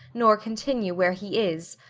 nor continue where he is.